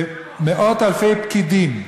ומאות-אלפי פקידים,